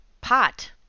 pot